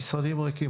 המשרדים ריקים,